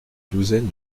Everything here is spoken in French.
douzaine